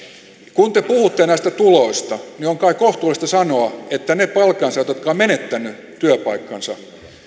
kun te puhutte näistä tuloista niin on kai kohtuullista sanoa että ne palkansaajat jotka ovat menettäneet työpaikkansa